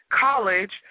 College